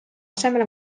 asemel